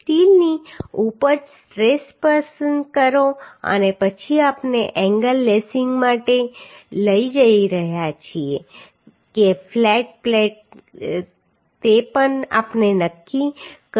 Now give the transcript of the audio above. સ્ટીલની ઉપજ સ્ટ્રેસ પસંદ કરો અને પછી આપણે એંગલ લેસિંગ માટે જઈ રહ્યા છીએ કે ફ્લેટ પ્લેટ તે પણ આપણે નક્કી કરી શકીએ છીએ